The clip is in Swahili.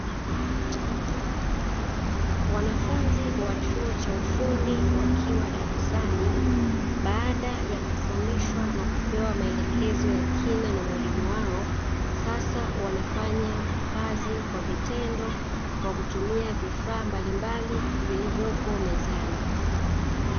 Wanafunzi wa chuo cha ufundi wakiwa darasani baada ya kufundishwa na kupewa maelekezo ya kina na mwalimu wao, sasa wanafanya kazi kwa vitendo, kwa kutumia vifaa mbalimbali vilivyopo mezani.